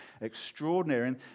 extraordinary